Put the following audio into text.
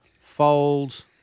fold